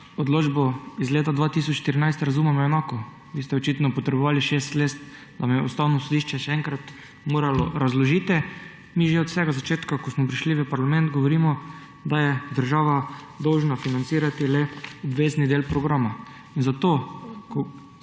odločbo iz leta 2014 razumemo enako. Vi ste očitno potrebovali šest let, da vam je Ustavno sodišče še enkrat moralo razložiti. Mi že od vsega začetka, ko smo prišli v parlament, govorimo, da je država dolžna financirati le obvezni del programa. In zato,